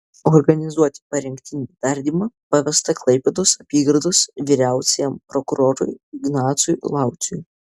organizuoti parengtinį tardymą pavesta klaipėdos apygardos vyriausiajam prokurorui ignacui lauciui